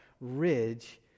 Ridge